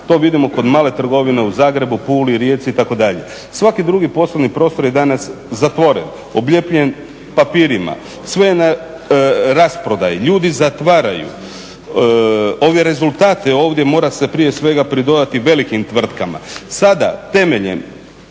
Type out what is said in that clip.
to vidimo kod male trgovine u Zagrebu, Puli, Rijeci, itd. Svaki drugi poslovni prostor je danas zatvoren, oblijepljen papirima, sve je na rasprodaji, ljudi zatvaraju. Ove rezultate ovdje mora se prije svega pridodati velikim tvrtkama, sada temeljem